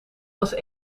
was